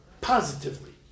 positively